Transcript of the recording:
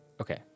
Okay